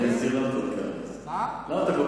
למה אתה,